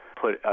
put